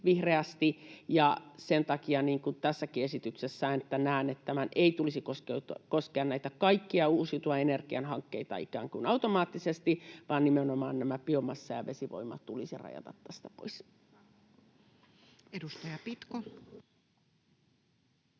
Sen takia tässäkin esityksessä näen, että tämän ei tulisi koskea näitä kaikkia uusiutuvan energian hankkeita ikään kuin automaattisesti, vaan nimenomaan biomassa ja vesivoima tulisi rajata tästä pois. [Speech 132]